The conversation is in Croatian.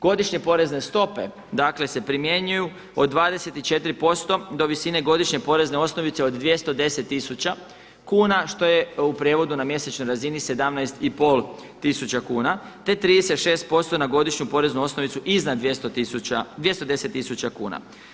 Godišnje porezne stope, dakle se primjenjuju od 24% do visine godišnje porezne osnovice od 210 tisuća kuna što je u prijevodu na mjesečnoj razini 17 i pol tisuća kuna, te 36% na godišnju poreznu osnovicu iznad 210 tisuća kuna.